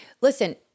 Listen